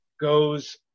goes